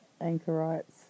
anchorites